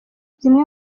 zimwe